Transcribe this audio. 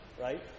right